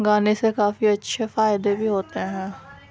گانے سے کافی اچھے فائدے بھی ہوتے ہیں